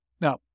Now